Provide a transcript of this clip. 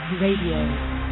Radio